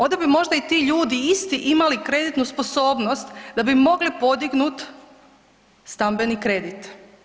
Onda bi možda i tu ljudi isti imali kreditnu sposobnost da bi mogli podignuti stambeni kredit.